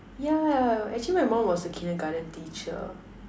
yeah actually my mum was a Kindergarten teacher